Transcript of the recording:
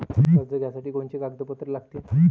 कर्ज घ्यासाठी कोनचे कागदपत्र लागते?